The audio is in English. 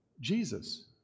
Jesus